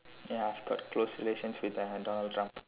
ya I've got close relations with uh Donald Trump